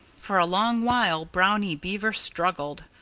for a long while brownie beaver struggled,